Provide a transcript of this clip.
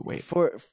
for-